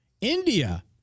India